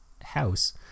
house